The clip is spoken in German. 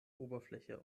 oberfläche